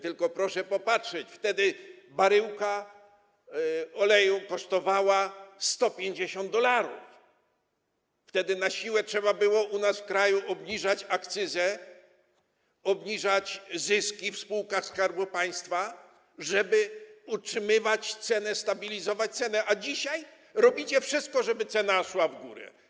Tylko proszę wziąć pod uwagę, że wtedy baryłka oleju kosztowała 150 dolarów, wtedy na siłę trzeba było u nas w kraju obniżać akcyzę, obniżać zyski w spółkach Skarbu Państwa, żeby utrzymywać cenę, stabilizować ją, a dzisiaj robicie wszystko, żeby cena szła w górę.